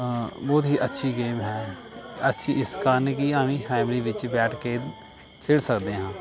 ਬਹੁਤ ਹੀ ਅੱਛੀ ਗੇਮ ਹੈ ਅੱਛੀ ਇਸ ਕਾਰਨ ਕਿ ਅਸੀਂ ਫੈਮਲੀ ਵਿੱਚ ਬੈਠ ਕੇ ਖੇਡ ਸਕਦੇ ਹਾਂ